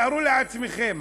תארו לעצמכם,